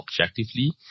objectively